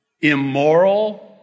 immoral